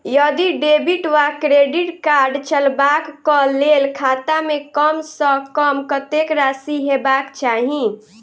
यदि डेबिट वा credit card चलबाक कऽ लेल खाता मे कम सऽ कम कत्तेक राशि हेबाक चाहि?